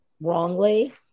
wrongly